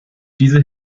diese